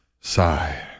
Sigh